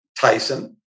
Tyson